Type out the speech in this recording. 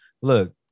Look